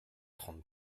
trente